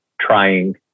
trying